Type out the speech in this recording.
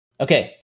Okay